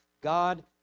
God